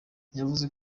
yavuze